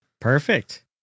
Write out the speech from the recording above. Perfect